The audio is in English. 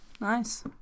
Nice